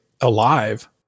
alive